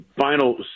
final